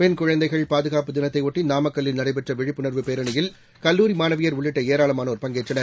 பெண் குழந்தைகள் பாதுனப்பு தினத்தையொட்டி நாமக்கல்லில் நடைபெற்ற விழிப்புணர்வு பேரணியில் கல்லூரி மாணவியர் உள்ளிட்ட ஏராளமானோர் பங்கேற்றனர்